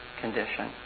condition